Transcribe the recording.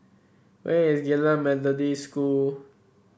where is Geylang Methodist School